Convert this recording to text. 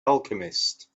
alchemist